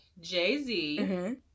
Jay-Z